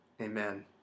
Amen